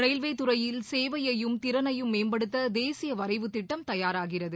ரயில்வேத்துறையில் சேவையையும் திறனையும் மேம்படுத்த தேசிய வரைவு திட்டம் தயாராகிறது